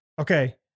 Okay